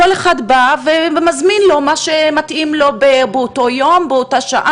גם לא כל אחד מתמצא בבירוקרטיה הזאת,